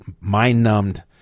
mind-numbed